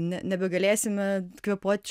ne nebegalėsime kvėpuot